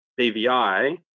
BVI